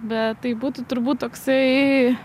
bet tai būtų turbūt toksai